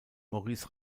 maurice